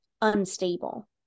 unstable